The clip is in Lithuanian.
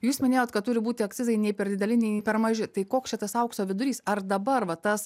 jūs minėjot kad turi būti akcizai nei per dideli nei per maži tai koks čia tas aukso vidurys ar dabar va tas